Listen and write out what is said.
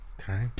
Okay